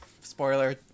Spoiler